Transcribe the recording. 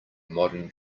modern